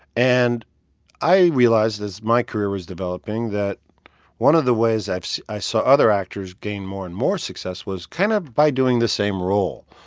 and i realized, as my career was developing, that one of the ways i saw other actors gain more and more success was kind of by doing the same role,